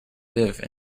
live